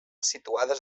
situades